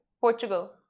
Portugal